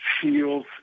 feels